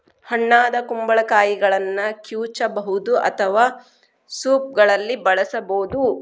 ಹಣ್ಣಾದ ಕುಂಬಳಕಾಯಿಗಳನ್ನ ಕಿವುಚಬಹುದು ಅಥವಾ ಸೂಪ್ಗಳಲ್ಲಿ ಬಳಸಬೋದು